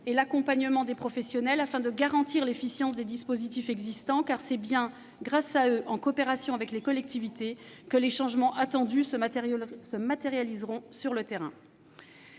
et l'accompagnement de ces professionnels, afin de garantir l'efficience des dispositifs existants, car c'est bien grâce à eux, et à la coopération des collectivités, que les changements attendus se matérialiseront sur le terrain.